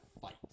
fight